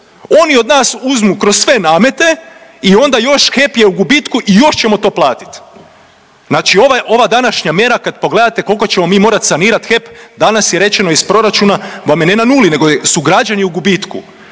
Oni od nas uzmu kroz sve namete i onda još HEP je u gubitku i još ćemo to platit. Znači ova današnja mjera kad pogledate kolko ćemo mi morat sanirat HEP danas je rečeno iz proračuna bome ne na nuli nego su građani u gubitku.